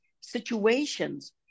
situations